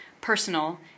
personal